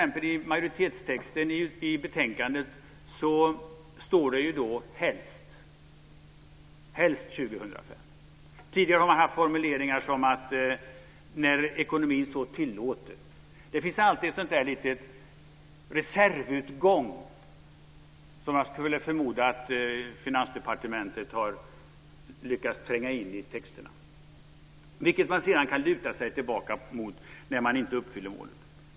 Men majoriteten skriver i betänkandet att det ska vara uppfyllt "helst" 2005. Tidigare har man haft formuleringen "när ekonomin så tillåter". Det finns alltid en reservutgång som jag förmodar att Finansdepartementet har lyckats få in i texterna och som man sedan kan luta sig tillbaka mot när man inte uppfyller målet.